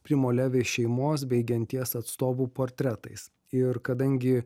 primo levi šeimos bei genties atstovų portretais ir kadangi